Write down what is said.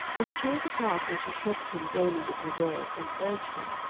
and it came to pass, when she pressed him daily with her words, and urged him,